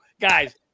guys